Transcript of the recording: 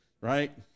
right